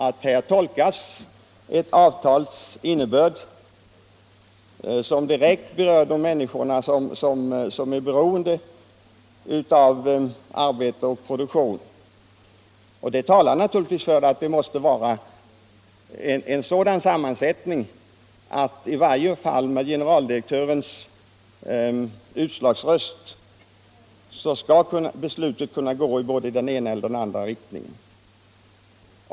Det talar i varje fall för att jordbruksnämndens styrelse borde ha en sådan sammansättning att avgörandet i varje fall med generaldirektörens utslagsröst skall kunna fällas i såväl den ena som den andra riktningen.